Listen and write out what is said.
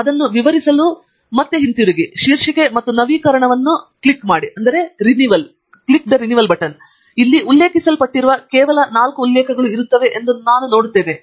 ಮತ್ತು ಅದನ್ನು ವಿವರಿಸಲು ಮತ್ತು ಹಿಂತಿರುಗಿ ಶೀರ್ಷಿಕೆ ಮತ್ತು ನವೀಕರಣವನ್ನು ಕ್ಲಿಕ್ ಮಾಡಿ ಮತ್ತು ಇಲ್ಲಿ ಉಲ್ಲೇಖಿಸಲ್ಪಟ್ಟಿರುವ ಕೇವಲ ನಾಲ್ಕು ಉಲ್ಲೇಖಗಳು ಇರುತ್ತವೆ ಎಂದು ನಾನು ನೋಡುತ್ತೇನೆ